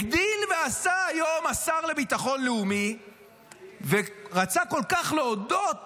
הגדיל ועשה היום השר לביטחון לאומי ורצה כל כך להודות